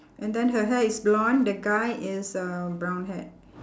and then her hair is blonde the guy is uh brown hair